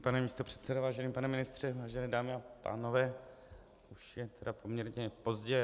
Vážený pane místopředsedo, vážený pane ministře, vážené dámy a pánové, už je tedy poměrně pozdě.